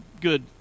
good